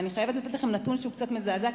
אני חייבת לתת לכם נתון שהוא די מזעזע,